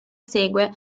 segue